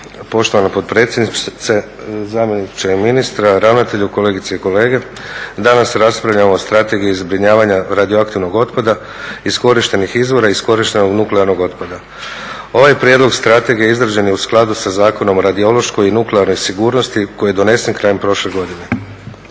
Poštovana potpredsjednice, zamjeniče ministra, ravnatelju, kolegice i kolege. Danas raspravljamo o strategiji zbrinjavanja radioaktivnog otpada iskorištenih izvora iskorištenog nuklearnog otpada. Ovaj prijedlog strategije izrađen je u skladu sa Zakonom o radiološkoj i nuklearnoj sigurnosti koji je donesen krajem prošle godine.